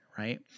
Right